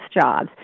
jobs